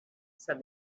said